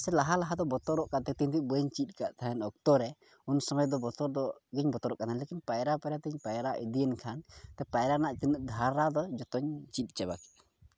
ᱥᱮ ᱞᱟᱦᱟ ᱞᱟᱦᱟ ᱫᱚ ᱵᱚᱛᱚᱨᱚᱜ ᱠᱟᱱ ᱛᱟᱦᱮᱸᱜ ᱩᱱᱫᱚ ᱵᱟᱹᱧ ᱪᱮᱫ ᱠᱟᱜ ᱛᱟᱦᱮᱸᱜ ᱚᱠᱛᱚ ᱨᱮ ᱩᱱ ᱥᱚᱢᱚᱭ ᱫᱚ ᱵᱚᱛᱚᱨ ᱫᱚᱢᱮᱧ ᱵᱚᱛᱚᱨᱚᱜ ᱛᱟᱦᱮᱸᱜ ᱞᱮᱠᱤᱱ ᱯᱟᱭᱨᱟ ᱯᱟᱭᱨᱟ ᱛᱤᱧ ᱯᱟᱭᱨᱟ ᱤᱫᱤᱭᱮᱱ ᱠᱷᱟᱱ ᱯᱟᱭᱨᱟ ᱨᱮᱱᱟᱜ ᱛᱤᱱᱟᱹᱜ ᱫᱷᱟᱨᱟ ᱫᱚ ᱡᱚᱛᱚᱧ ᱪᱮᱫ ᱪᱟᱵᱟ ᱠᱮᱫᱟ